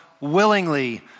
Willingly